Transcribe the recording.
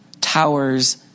towers